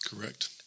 Correct